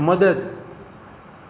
મદદ